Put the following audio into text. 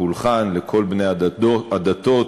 פולחן לבני כל הדתות,